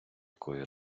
якої